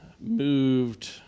moved